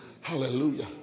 Hallelujah